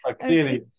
Clearly